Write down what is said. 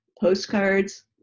postcards